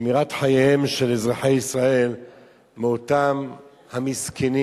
שמירת חייהם של אזרחי ישראל מאותם המסכנים,